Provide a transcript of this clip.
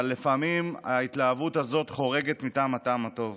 אבל לפעמים ההתלהבות הזאת חורגת מגבול הטעם הטוב